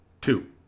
two